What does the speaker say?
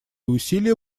усилия